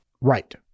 Right